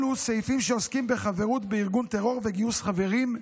אלו סעיפים שעוסקים בחברות בארגון טרור וגיוס חברים,